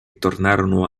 tornarono